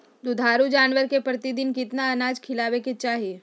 दुधारू जानवर के प्रतिदिन कितना अनाज खिलावे के चाही?